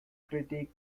critic